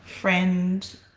friend